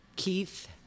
Keith